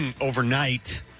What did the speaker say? overnight